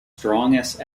strongest